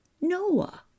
Noah